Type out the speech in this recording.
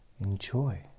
enjoy